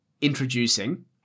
introducing